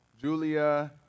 Julia